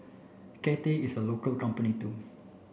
Cathay is a local company too